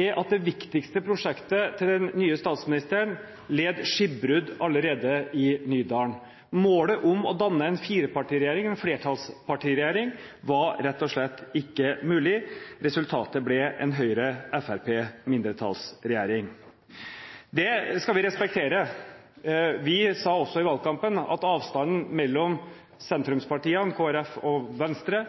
er at det viktigste prosjektet til den nye statsministeren led skipbrudd allerede i Nydalen. Målet om å danne en firepartiregjering, en flertallspartiregjering, var rett og slett ikke mulig. Resultatet ble en Høyre–Fremskrittsparti-mindretallsregjering. Det skal vi respektere. Vi sa også i valgkampen at avstanden mellom sentrumspartiene, Kristelig Folkeparti og Venstre,